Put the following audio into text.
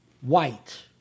white